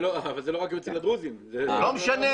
גם במגזרים אחרים, ברור.